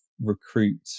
recruit